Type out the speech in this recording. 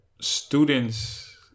students